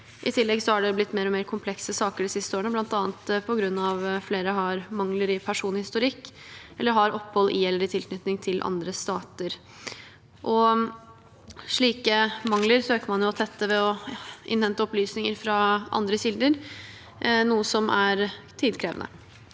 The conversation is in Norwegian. I tillegg har det blitt mer og mer komplekse saker de siste årene, bl.a. på grunn av at flere har mangler i personhistorikk eller har opphold i eller i tilknytning til andre stater. Slike mangler søker man å tette ved å innhente opplysninger fra andre kilder, noe som er tidkrevende.